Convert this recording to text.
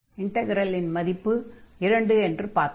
இன்டக்ரலின் மதிப்பு 2 என்று பார்த்தோம்